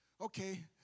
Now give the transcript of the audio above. okay